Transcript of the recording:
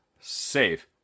Save